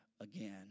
again